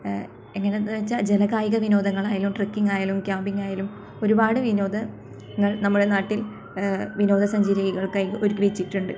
എങ്ങനെ എന്നുവെച്ചാൽ ജനകീയ വിനോദങ്ങളായാലും ട്രക്കിംഗ് ആയാലും ക്യാമ്പിങ് ആയാലും ഒരുപാട് വിനോദങ്ങൾ നമ്മുടെ നാട്ടിൽ വിനോദസഞ്ചാരികൾക്കായി ഒരുക്കി വെച്ചിട്ടുണ്ട്